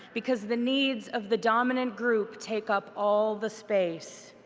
because the needs of the dominant group take up all the space.